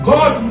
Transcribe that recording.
God